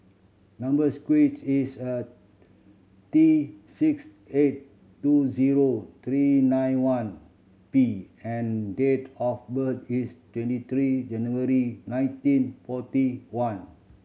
number sequent is a T six eight two zero three nine one P and date of birth is twenty three January nineteen forty one